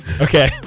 Okay